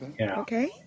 Okay